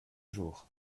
jours